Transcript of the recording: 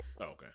okay